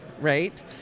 right